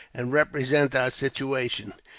and represent our situation.